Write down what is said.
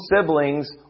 siblings